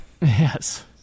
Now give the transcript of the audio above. Yes